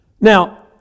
Now